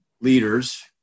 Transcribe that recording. leaders